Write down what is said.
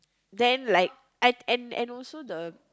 then like and and and also the